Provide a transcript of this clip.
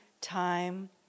time